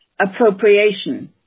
Appropriation